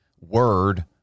word